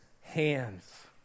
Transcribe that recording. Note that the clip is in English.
hands